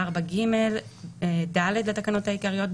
תיקון תקנה 4ג בתקנה 4ג(ד) לתקנות העיקריות,